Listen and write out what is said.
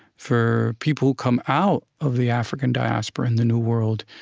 for people who come out of the african diaspora in the new world,